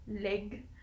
leg